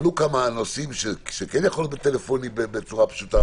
עלו כמה נושאים שכן יכול להיות בטלפונים בצורה פשוטה.